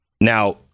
Now